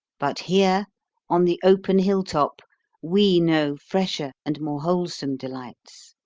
but here on the open hill-top we know fresher and more wholesome delights.